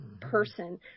person